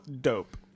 dope